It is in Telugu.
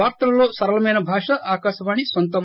వార్తలలో సరళమైన భాష ఆకాశవాణి నొంతం